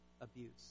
abuse